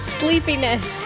sleepiness